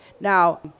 Now